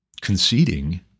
conceding